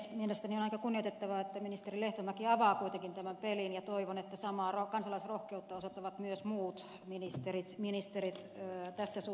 mielestäni on aika kunnioitettavaa että ministeri lehtomäki avaa kuitenkin tämän pelin ja toivon että samaa kansalaisrohkeutta osoittavat myös muut ministerit tässä suhteessa